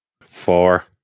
Four